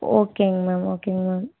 ஓகேங்க மேம் ஓகேங்க மேம்